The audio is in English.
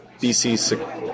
BC